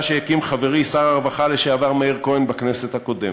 שהקים חברי שר הרווחה לשעבר מאיר כהן בכנסת הקודמת.